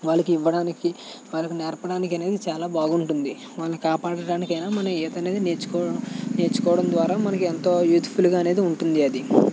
వాళ్ళకు ఇవ్వడానికి వాళ్ళకి నేర్పడానికి అనేది చాలా బాగుంటుంది వాళ్ళను కాపాడడానికైనా మనం ఈత అనేది నేర్చుకోవ నేర్చుకోవడం ద్వారా మనకి ఏంతో యూస్ఫుల్గా అనేది ఉంటుంది అది